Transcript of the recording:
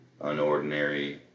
unordinary